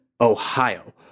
Ohio